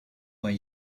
way